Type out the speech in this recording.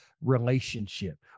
relationship